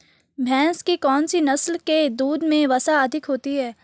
भैंस की कौनसी नस्ल के दूध में वसा अधिक होती है?